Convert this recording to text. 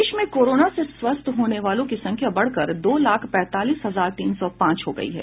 प्रदेश में कोरोना से स्वस्थ होने वालों की संख्या बढ़कर दो लाख पैंतालीस हजार तीन सौ पांच हो गयी है